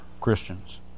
Christians